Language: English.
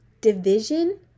Division